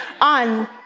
on